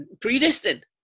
predestined